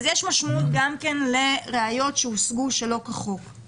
כך שכן יש משמעות גם לראיות שהושגו שלא כחוק,